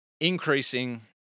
increasing